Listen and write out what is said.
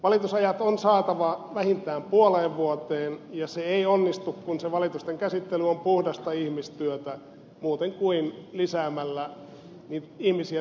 valitusajat on saatava vähintään puoleen vuoteen ja se ei onnistu kun se valitusten käsittely on puhdasta ihmistyötä muuten kuin lisäämällä ihmisiä tekemään niitä töitä